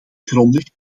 grondig